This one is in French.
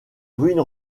ruines